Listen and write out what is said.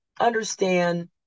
understand